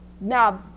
Now